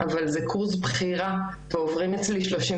אבל זה קורס בחירה ועוברים אצלי שלושים